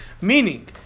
Meaning